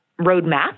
roadmap